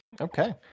Okay